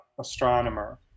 astronomer